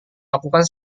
lakukan